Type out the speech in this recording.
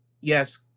Yes